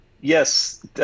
yes